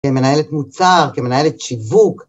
כמנהלת מוצר, כמנהלת שיווק